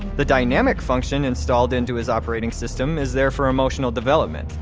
the dynamic function installed into his operating system is there for emotional development,